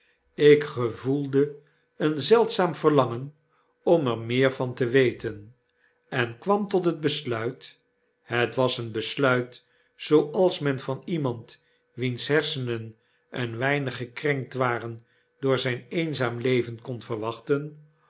ik gevoelde een zeldzaam verlangen om er meer van te weten en kwam tot het besluit het was een besluit zooals men van iemand wiens hersenen een weinig gekrenkt waren door zyn eenzaam leven kon verwachten